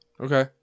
Okay